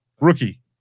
Rookie